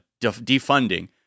defunding